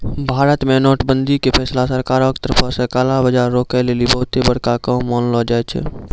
भारत मे नोट बंदी के फैसला सरकारो के तरफो से काला बजार रोकै लेली बहुते बड़का काम मानलो जाय छै